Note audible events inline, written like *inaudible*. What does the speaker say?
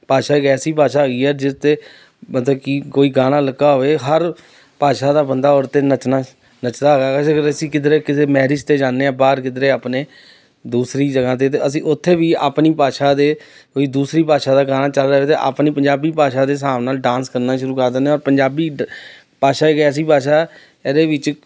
ਭਾਸ਼ਾ ਇੱਕ ਐਸੀ ਭਾਸ਼ਾ ਹੈਗੀ ਹੈ ਜਿਸ 'ਤੇ ਮਤਲਬ ਕਿ ਕੋਈ ਗਾਣਾ ਲੱਗਾ ਹੋਵੇ ਹਰ ਭਾਸ਼ਾ ਦਾ ਬੰਦਾ ਉਸ 'ਤੇ ਨੱਚਣਾ ਨੱਚਦਾ *unintelligible* ਅਸੀਂ ਕਿਧਰੇ ਕਿਧਰੇ ਮੈਰਿਜ 'ਤੇ ਜਾਂਦੇ ਹਾਂ ਬਾਹਰ ਕਿਧਰੇ ਆਪਣੇ ਦੂਸਰੀ ਜਗ੍ਹਾ 'ਤੇ ਅਸੀਂ ਉੱਥੇ ਵੀ ਆਪਣੀ ਭਾਸ਼ਾ ਦੇ ਕੋਈ ਦੂਸਰੀ ਭਾਸ਼ਾ ਦਾ ਗਾਣਾ ਚੱਲ ਰਿਹਾ ਤਾਂ ਆਪਣੀ ਪੰਜਾਬੀ ਭਾਸ਼ਾ ਦੇ ਹਿਸਾਬ ਨਾਲ ਡਾਂਸ ਕਰਨਾ ਸ਼ੁਰੂ ਕਰ ਦਿੰਦੇ ਪੰਜਾਬੀ ਡ ਭਾਸ਼ਾ ਇੱਕ ਐਸੀ ਭਾਸ਼ਾ ਇਹਦੇ ਵਿੱਚ